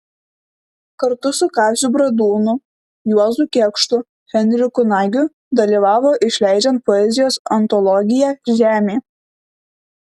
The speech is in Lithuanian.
kartu su kaziu bradūnu juozu kėkštu henriku nagiu dalyvavo išleidžiant poezijos antologiją žemė